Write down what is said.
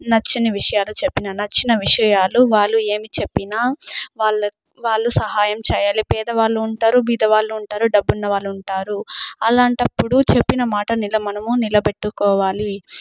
నచ్చని విషయాలు చెప్పినా నచ్చిన విషయాలు వాళ్ళు ఏమి చెప్పిన వాళ్ళు వాళ్ళు సహాయం చేయాలి పేదవాళ్ళు ఉంటారు బీదవాళ్లు ఉంటారు డబ్బున్నవాళ్ళు ఉంటారు అలాంటప్పుడు చెప్పిన మాట మీద మనము నిలబెట్టుకోవాలి